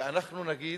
אנחנו נגיד: